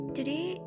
Today